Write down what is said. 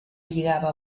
lligava